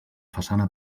façana